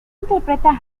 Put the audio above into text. interpreta